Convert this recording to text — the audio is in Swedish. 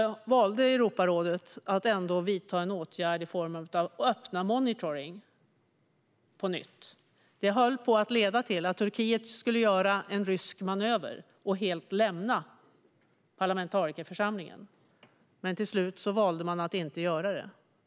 I det läget valde Europarådet att ändå vidta en åtgärd i form av att öppna monitoring på nytt. Detta höll på att leda till att Turkiet skulle göra en rysk manöver och helt lämna parlamentarikerförsamlingen. Till slut valde de dock att inte göra det.